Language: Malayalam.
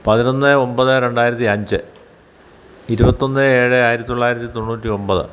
പതിനൊന്ന് ഒൻപത് രണ്ടായിരത്തി അഞ്ച് ഇരുപത്തൊന്ന് ഏഴ് ആയിരത്തി തൊള്ളായിരത്തി തൊണ്ണൂറ്റി ഒൻപത്